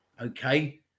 okay